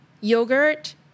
yogurt